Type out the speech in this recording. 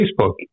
Facebook